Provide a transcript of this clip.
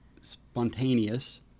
spontaneous